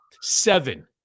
Seven